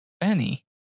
benny